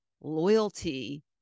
loyalty